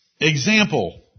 Example